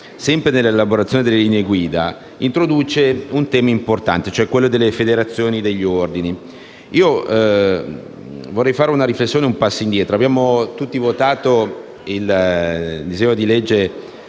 dell'elaborazione delle linee guida, introduce un tema importante, vale a dire quello delle federazioni e gli ordini. Vorrei fare una riflessione al riguardo e un passo indietro. Abbiamo tutti votato il disegno di legge